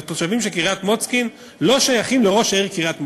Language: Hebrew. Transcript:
התושבים של קריית-מוצקין לא שייכים לראש עיריית קריית-מוצקין,